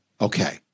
Okay